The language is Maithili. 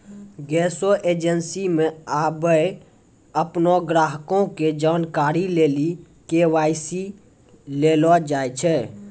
गैसो एजेंसी मे आबे अपनो ग्राहको के जानकारी लेली के.वाई.सी लेलो जाय छै